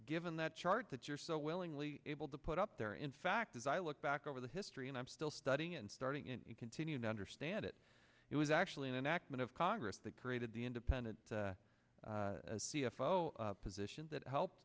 given that chart that you're so willingly able to put up there in fact as i look back over the history and i'm still studying and starting it and continue to understand it it was actually an enactment of congress that created the independent as c f o positions that help